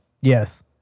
Yes